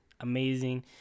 Amazing